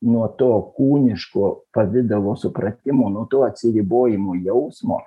nuo to kūniško pavidalo supratimo nuo to atsiribojimo jausmo